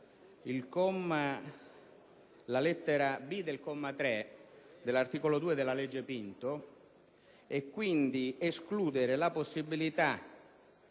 la lettera *b)* del comma 3 dell'articolo 2 della legge Pinto e, quindi, di escludere la possibilità